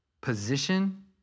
position